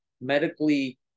medically